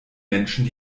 menschen